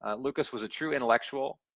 ah lucas was a true intellectual,